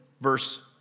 verse